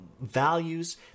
values